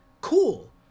cool